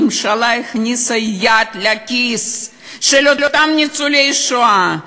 הממשלה הכניסה יד לכיס של אותם ניצולי שואה,